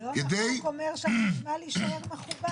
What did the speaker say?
היום החוק אומר שאני יכול להישאר מחובר